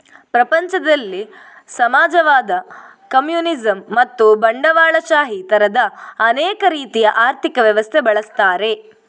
ಪ್ರಪಂಚದಲ್ಲಿ ಸಮಾಜವಾದ, ಕಮ್ಯುನಿಸಂ ಮತ್ತು ಬಂಡವಾಳಶಾಹಿ ತರದ ಅನೇಕ ರೀತಿಯ ಆರ್ಥಿಕ ವ್ಯವಸ್ಥೆ ಬಳಸ್ತಾರೆ